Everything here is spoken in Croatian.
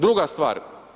Druga stvar.